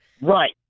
Right